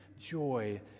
joy